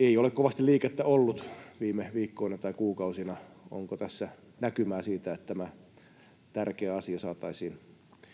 Ei ole kovasti liikettä ollut viime viikkoina tai kuukausina. Onko tässä näkymää siitä, että tämä tärkeä asia saataisiin pian